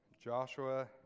Joshua